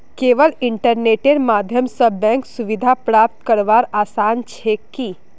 केवल इन्टरनेटेर माध्यम स बैंक सुविधा प्राप्त करवार आसान छेक की